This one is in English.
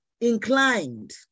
inclined